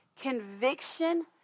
conviction